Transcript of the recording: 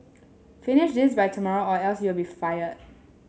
finish this by tomorrow or else you'll be fired